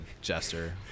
jester